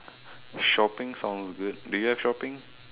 shopping sounds good do you have shopping